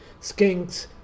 skinks